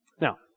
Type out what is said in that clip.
now